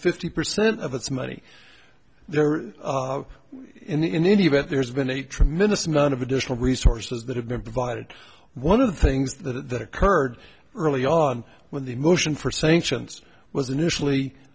fifty percent of its money there in any event there's been a tremendous amount of additional resources that have been provided one of the things that occurred early on when the motion for sanctions was initially